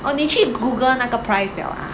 oh 你去 google 那个 price liao ah